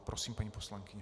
Prosím, paní poslankyně.